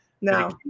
No